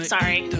Sorry